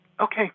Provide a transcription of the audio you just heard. okay